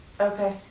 Okay